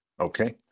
okay